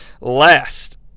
last